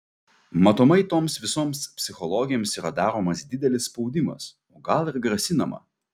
matomai toms visoms psichologėms yra daromas didelis spaudimas o gal ir grasinama